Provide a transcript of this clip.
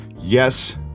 yes